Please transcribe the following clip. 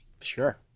Sure